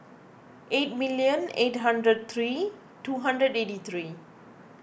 eight million eight hundred three two hundred eighty three